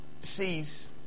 sees